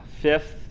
fifth